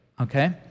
okay